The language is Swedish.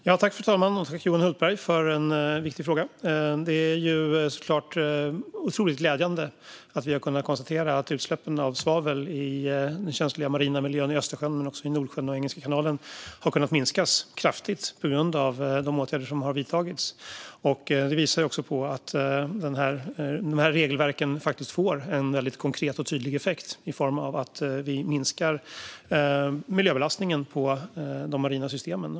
Fru talman! Tack, Johan Hultberg, för en viktig fråga! Det är såklart otroligt glädjande att vi har kunnat konstatera att utsläppen av svavel i den känsliga marina miljön i Östersjön men också i Nordsjön och Engelska kanalen har kunnat minskas kraftigt tack vare de åtgärder som vidtagits. Det visar också på att de här regelverken faktiskt får konkret och tydlig effekt i form av att vi minskar miljöbelastningen på de marina systemen.